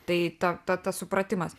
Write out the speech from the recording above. tai ta ta tas supratimas